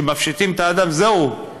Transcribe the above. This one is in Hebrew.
שמפשיטים את האדם וזהו,